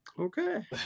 Okay